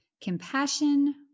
compassion